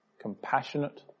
compassionate